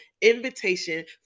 invitation